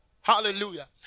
Hallelujah